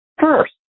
first